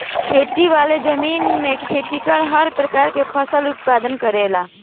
खेती वाला जमीन में खेतिहर हर प्रकार के फसल के उत्पादन करेलन